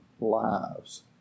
lives